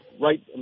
right